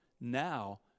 Now